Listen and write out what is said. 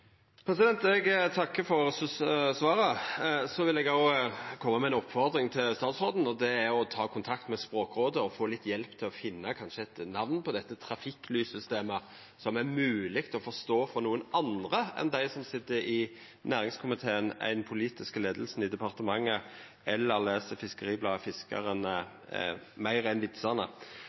Eg takkar for svara. Eg vil òg koma med ei oppfordring til statsråden, og det er å ta kontakt med Språkrådet og få litt hjelp til kanskje å finna eit namn på dette trafikklyssystemet, så det er mogleg å forstå for andre enn dei som sit i næringskomiteen og i den politiske leiinga i departementet, eller som les meir enn vitsane